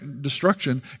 destruction